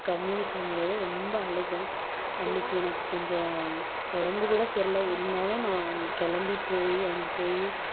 கம்மினு சொல்ல முடியாது ரொம்ப அழுதேன் அன்றைக்கி எனக்கு கொஞ்சம் உடம்பு கூட சரியில்ல இருந்தாலும் நான் கிளம்பி போய் அங்கே போய்